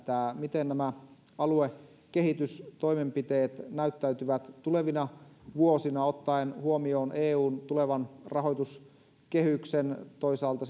miten nämä aluekehitystoimenpiteet näyttäytyvät tulevina vuosina ottaen huomioon eun tulevan rahoituskehyksen toisaalta